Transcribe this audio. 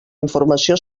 informació